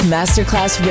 Masterclass